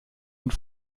und